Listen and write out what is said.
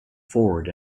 forward